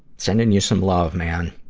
sending you some love, man.